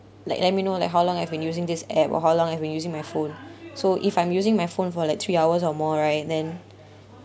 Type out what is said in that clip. like let me know like how long I've been using this app or how long I've been using my phone so if I'm using my phone for like three hours or more right then